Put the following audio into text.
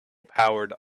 power